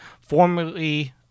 formerly